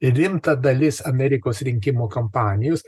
rimta dalis amerikos rinkimų kampanijos